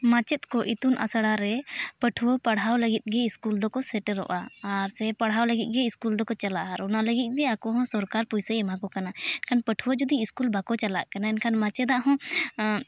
ᱢᱟᱪᱮᱫ ᱠᱚ ᱤᱛᱩᱱ ᱟᱥᱲᱟ ᱨᱮ ᱯᱟᱹᱴᱷᱩᱣᱟᱹ ᱯᱟᱲᱦᱟᱣ ᱞᱟᱹᱜᱤᱫ ᱜᱮ ᱥᱠᱩᱞ ᱫᱚᱠᱚ ᱥᱮᱴᱮᱨᱚᱜᱼᱟ ᱥᱮ ᱯᱟᱲᱦᱟᱣ ᱞᱟᱹᱜᱤᱫ ᱜᱮ ᱥᱠᱩᱞ ᱫᱚᱠᱚ ᱪᱟᱞᱟᱜᱼᱟ ᱟᱨ ᱚᱱᱟ ᱞᱟᱹᱜᱤᱫ ᱜᱮ ᱟᱠᱚ ᱦᱚᱸ ᱥᱚᱨᱠᱟᱨ ᱯᱚᱭᱥᱟᱭ ᱮᱢᱟᱠᱚ ᱠᱟᱱᱟ ᱠᱷᱟᱱ ᱯᱟᱹᱴᱷᱩᱣᱟᱹ ᱡᱩᱫᱤ ᱥᱠᱩᱞ ᱵᱟᱠᱚ ᱪᱟᱞᱟᱜ ᱠᱟᱱᱟ ᱮᱱᱠᱷᱟᱱ ᱢᱟᱪᱮᱫᱟᱜ ᱦᱚᱸ